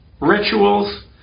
rituals